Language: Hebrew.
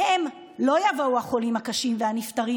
מהן לא יבואו החולים הקשים והנפטרים,